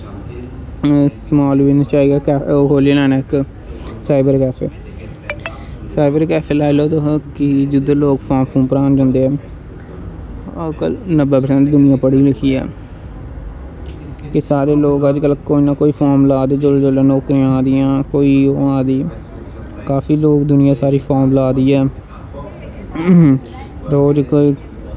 समाल business बिच आई गेआ ओह् खोह्ल्ली लैने साईबर कैफे साईबर कैफे लाई लैओ तुस कि लोग जिद्धर फार्म भरान जंदे ऐ अजकल नब्बै परसैंट दुनियां पढ़ी लिखी ऐ ते सारे लोग अजकल कोई ना कोई फार्म ला दे जिसलै जिसलै नौकरियां आ दियां ओह् आ दियां काफी लोग दुनियां सारी फार्म ला दी ऐ होर कोई